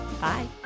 Bye